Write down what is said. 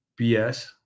BS